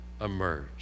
emerge